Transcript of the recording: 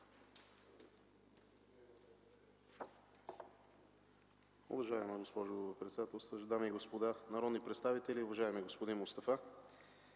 Уважаема госпожо председател, дами и господа народни представители! Уважаеми господин Мустафа,